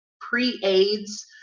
pre-AIDS